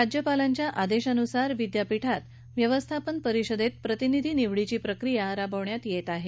राज्यपालांच्या आदेशानुसार विद्यापीठात व्यवस्थापन परिषदेत प्रतिनिधी निवडीची प्रक्रिया राबविली जात आहे